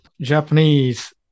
Japanese